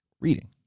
reading